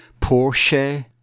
Porsche